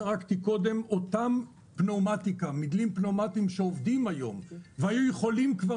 אותם מדלים פניאומטיים שעובדים היום והיו יכולים כבר